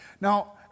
Now